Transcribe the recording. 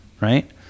right